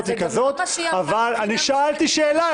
היא כזאת --- אבל זה גם לא מה שהיא אמרה --- אני שאלתי שאלה,